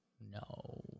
No